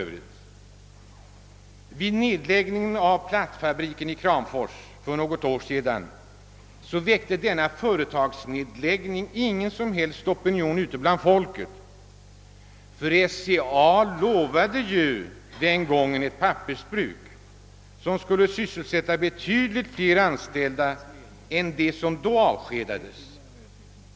Vid nedläggningen av plattfabriken i Kramfors för något år sedan uppstod ingen som helst opinion bland folket; SCA lovade ju den gången att siarta ett pappersbruk som skulle sysselsätta betydligt fler anställda än de som avskedades.